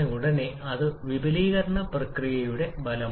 76 N2 ഇത് ഒരു നിഷ്ക്രിയ വാതകമാണ്